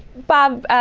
bob,